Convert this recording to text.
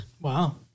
Wow